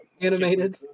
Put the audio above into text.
animated